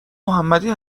محمدی